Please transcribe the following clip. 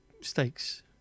stakes